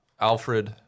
Alfred